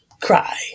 cry